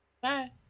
Bye